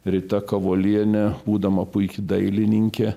rita kavolienė būdama puiki dailininkė